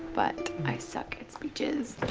but i suck at speeches.